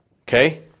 okay